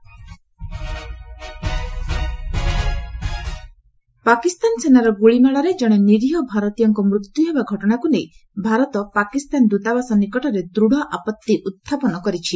India Pak Pakistan ସେନାର ଗୁଳିମାଡ଼ରେ ଜଣେ ନିରୀହ ଭାରତୀୟଙ୍କ ମୃତ୍ୟୁ ହେବା ଘଟଣାକୁ ନେଇ ଭାରତ ପାକିସ୍ତାନ ଦୃତାବାସ ନିକଟରେ ଦୂଢ଼ ଆପଭି ଉତ୍ଥାପନ କରିଛି